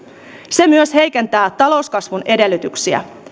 se myös heikentää talouskasvun edellytyksiä